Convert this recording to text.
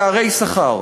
של פערי שכר,